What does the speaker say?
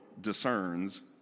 discerns